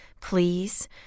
please